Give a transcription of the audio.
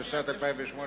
התשס"ט 2008,